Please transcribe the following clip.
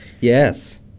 Yes